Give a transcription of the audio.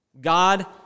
God